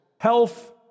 health